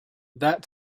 that